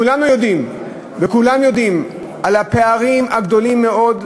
כולנו יודעים וכולם יודעים על הפערים הגדולים מאוד,